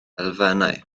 elfennau